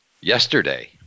yesterday